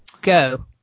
Go